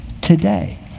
today